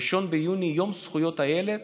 1 ביוני, יום זכויות הילד,